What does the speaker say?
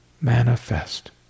manifest